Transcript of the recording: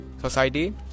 society